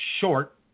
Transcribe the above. short